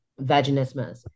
vaginismus